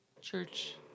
Church